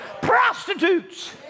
prostitutes